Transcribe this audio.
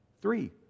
Three